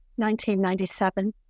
1997